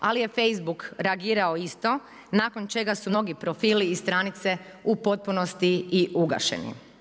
Ali je Facebook reagirao isto, nakon čega su mnogi profili i stranice u potpunosti i ugašeni.